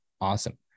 awesome